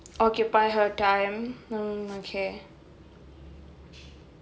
occupy her time mm okay